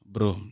Bro